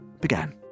began